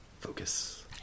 Focus